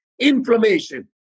inflammation